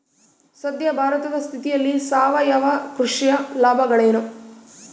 ಸದ್ಯ ಭಾರತದ ಸ್ಥಿತಿಯಲ್ಲಿ ಸಾವಯವ ಕೃಷಿಯ ಲಾಭಗಳೇನು?